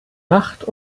macht